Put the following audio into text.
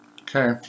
Okay